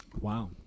Wow